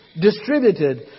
distributed